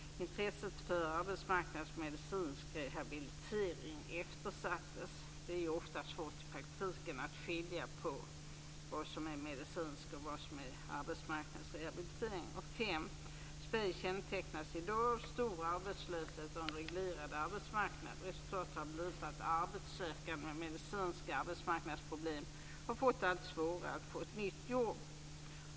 Intresset för arbetsmarknadsrehabilitering och medicinsk rehabilitering eftersattes. Det är ofta svårt i praktiken att skilja på vad som är medicinsk rehabilitering och vad som är arbetsmarknadsrehabilitering. 5. Sverige kännetecknas i dag av stor arbetslöshet och en reglerad arbetsmarknad. Resultatet har blivit att arbetssökande med medicinska arbetsmarknadsproblem har fått det allt svårare att få nytt jobb.